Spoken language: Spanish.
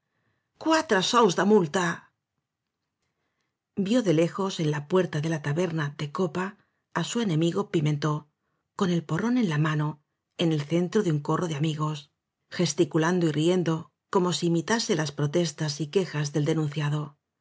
sous de multa vió de lejos en la puerta de la taberna de copa á su enemigo pimentó con el porrón enla mano en el centro de un corro de amigos gesticulando y riendo como si imitase las pro testas y quejas del denunciado